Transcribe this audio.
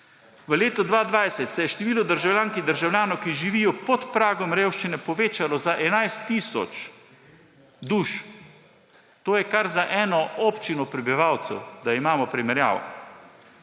V letu 2020 se je število državljank in državljanov, ki živijo pod pragom revščine, povečalo za 11 tisoč duš. To je za kar eno občino prebivalcev, da imamo primerjavo.